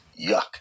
Yuck